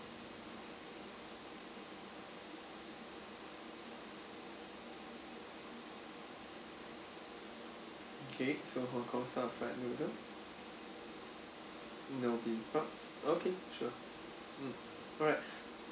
okay so hong kong style fried noodles no beansprouts okay sure mm alright